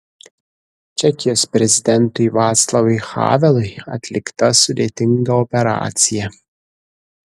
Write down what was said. čekijos prezidentui vaclavui havelui atlikta sudėtinga operacija